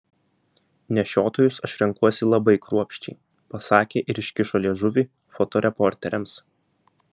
nešiotojus aš renkuosi labai kruopščiai pasakė ir iškišo liežuvį fotoreporteriams